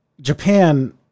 Japan